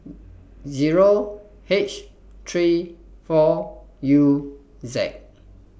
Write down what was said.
Zero H three four U Z